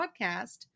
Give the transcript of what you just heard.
podcast